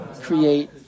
create